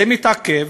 זה מתעכב,